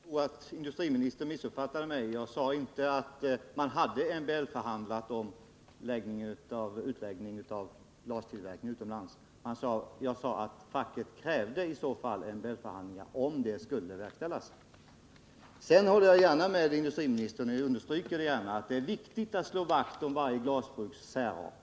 Fru talman! Jag tror att industriministern missuppfattade mig. Jag sade inte att man hade MBL-förhandlat om utläggning av glastillverkning utomlands. Jag sade att facket krävde MBL-förhandlingar om en utläggning skulle verkställas. Sedan håller jag med industriministern om — och jag vill också gärna understryka det — att det är viktigt att slå vakt om varje glasbruks särart.